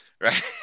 Right